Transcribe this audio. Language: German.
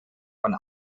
von